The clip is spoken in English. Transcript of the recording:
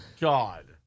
God